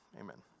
Amen